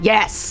Yes